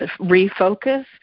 refocus